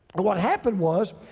but what happened was,